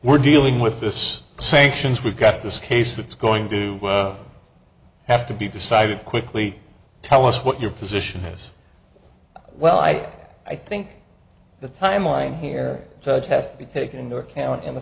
we're dealing with this sanctions we've got this case that's going to have to be decided quickly tell us what your position is well i i think the timeline here judge has to be taken into account in the